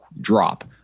drop